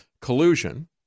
collusion